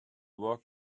work